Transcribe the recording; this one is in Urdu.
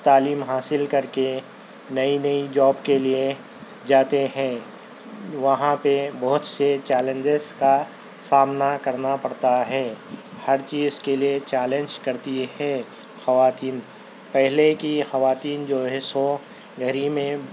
تعلیم حاصل کر کے نئی نئی جاب کے لیے جاتے ہیں وہاں پہ بہت سے چیلنجز کا سامنا کرنا پڑتا ہے ہر چیز کے لیے چیلنج کرتی ہے خواتین پہلے کی خواتین جو ہے سو گھر ہی میں